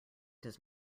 does